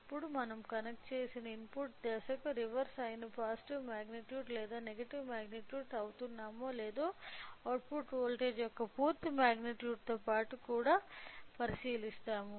ఇప్పుడు మనం కనెక్ట్ చేసిన ఇన్పుట్ దశకు రివర్స్ అయిన పాజిటివ్ మాగ్నిట్యూడ్ లేదా నెగటివ్ మాగ్నిట్యూడ్ అవుతున్నామో లేదో అవుట్పుట్ వోల్టేజ్ యొక్క అవుట్ మాగ్నిట్యూడ్ తో పాటు కూడా పరిశీలిస్తాము